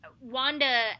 Wanda